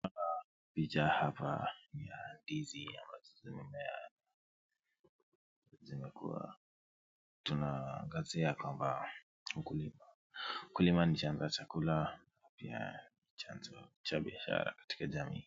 Tunaona picha hapa ya ndizi ambazo ni mimea zimekua. Tunaangazia kwamba ukulima ni chanzo cha chakula na pia chanzo cha biashara katika jamii.